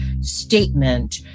statement